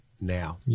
now